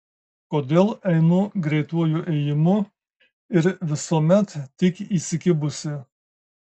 kodėl einu greituoju ėjimu ir visuomet tik įsikibusi